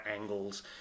angles